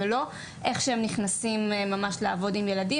ולא איך שהם ממש נכנסים לעבוד עם ילדים,